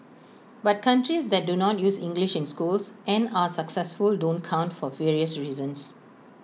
but countries that do not use English in schools and are successful don't count for various reasons